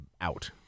out